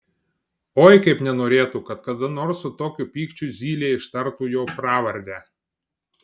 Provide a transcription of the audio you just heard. oi kaip nenorėtų kad kada nors su tokiu pykčiu zylė ištartų jo pravardę